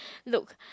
look